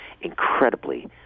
incredibly